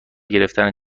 گرفتن